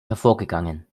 hervorgegangen